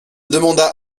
demanda